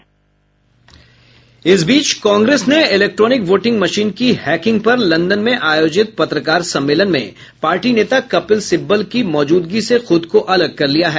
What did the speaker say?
कांग्रेस ने electronic voting machine की hacking पर लंदन में आयोजित पत्रकार सम्मेलन में पार्टी नेता कपिल सिब्बल की मौजूदगी से खुद को अलग कर लिया है